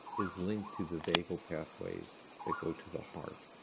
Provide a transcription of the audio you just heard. is linked to the vagal pathways that go to the heart.